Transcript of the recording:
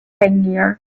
tangier